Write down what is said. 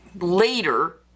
later